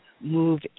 move